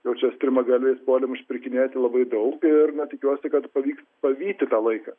jau čia strimgalviais puolėm užsipirkinėti labai daug ir na tikiuosi kad pavyks pavyti tą laiką